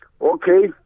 okay